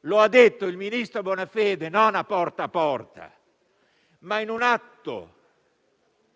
Lo ha detto il ministro Bonafede non a «Porta a porta», ma in un atto